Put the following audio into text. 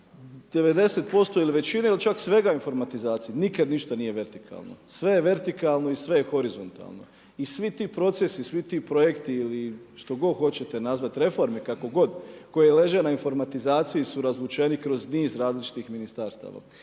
90% ili većine ili čak svega informatizacije nikad ništa nije vertikalno. Sve je vertikalno i sve je horizontalno. I svi ti procesi, svi ti projekti ili što god hoćete nazvati reforme kako god koje leže na informatizaciji su razvučeni kroz niz različitih ministarstava.